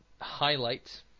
highlight